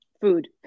food